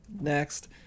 next